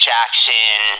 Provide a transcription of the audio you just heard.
Jackson